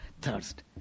Thirst